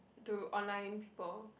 to online people